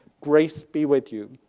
grace be with you.